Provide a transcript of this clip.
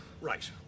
Right